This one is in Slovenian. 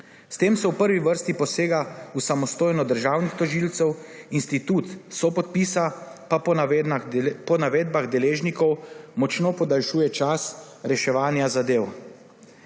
S tem se v prvi vrsti posega v samostojnost državnih tožilcev, institut sopodpisa pa po navedbah deležnikov močno podaljšuje čas reševanja zadev.